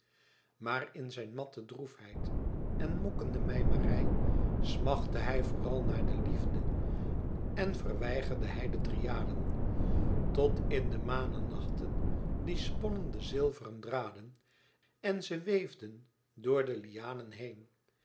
maar in zijn matte droefheid en mokkende mijmerij smachtte hij vooral naar de liefde en verweigerde hij de dryaden tot in de manenachten die sponnen de zilveren draden en ze weefden door de lianen heen